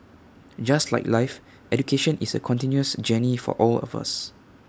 just like life education is A continuous journey for all of us